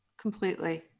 Completely